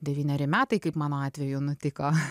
devyneri metai kaip mano atveju nutiko